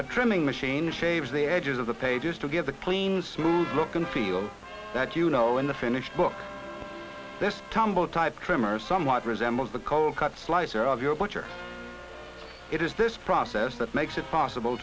a trimming machine shaves the edges of the pages to get the clean smooth look and feel that you know in the finished book this tumble type trimmer somewhat resembles the cold cut slicer of your butcher it is this process that makes it possible